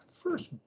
First